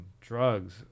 drugs